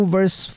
Verse